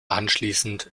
anschließend